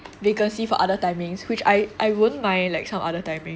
vacancy for other timings which I I wouldn't mind like some other timing